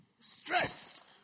Stressed